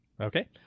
Okay